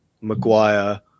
Maguire